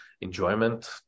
enjoyment